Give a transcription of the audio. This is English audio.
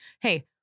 Hey